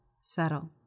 settle